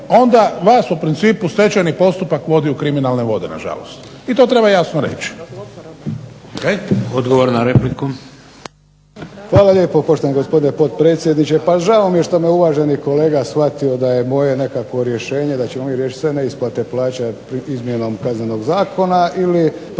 onda vas u principu stečajni postupak vodi u kriminalne vode na žalost i to treba jasno reći.